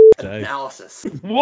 Analysis